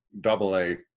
double-A